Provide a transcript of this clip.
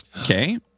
Okay